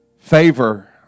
Favor